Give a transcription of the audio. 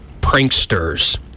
pranksters